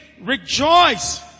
rejoice